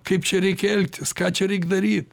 kaip čia reikia elgtis ką čia reik daryt